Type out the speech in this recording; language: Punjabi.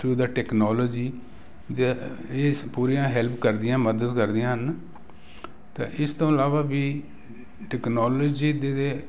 ਟੂ ਦ ਟੈਕਨੋਲੋਜੀ ਇਹ ਪੂਰੀਆਂ ਹੈਲਪ ਕਰਦੀਆਂ ਮਦਦ ਕਰਦੀਆਂ ਹਨ ਤਾਂ ਇਸ ਤੋਂ ਇਲਾਵਾ ਵੀ ਟੈਕਨੋਲੋਜੀ ਦੇ